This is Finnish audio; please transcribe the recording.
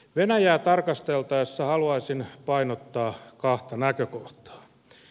venäjää tarkasteltaessa haluaisin painottaa kahta näkökohtaa